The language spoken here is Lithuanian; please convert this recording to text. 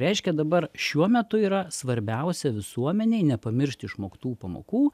reiškia dabar šiuo metu yra svarbiausia visuomenei nepamiršti išmoktų pamokų